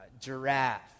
giraffe